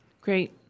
Great